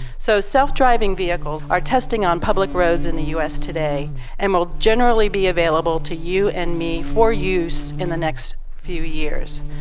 so self-driving vehicles are testing on public roads in the us today and will generally be available to you and me for use in the next few years.